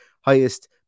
highest